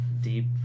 deep